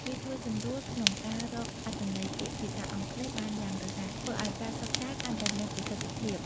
វាជួយសម្រួលក្នុងការរកអត្ថន័យពាក្យភាសាអង់គ្លេសបានយ៉ាងរហ័ស ធ្វើឱ្យការសិក្សាកាន់តែមានប្រសិទ្ធភាព។